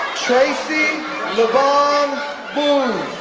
tracy lavon booze